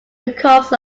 becomes